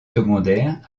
secondaires